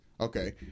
Okay